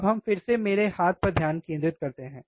अब हम फिर से मेरे हाथ पर ध्यान केंद्रित करते हैं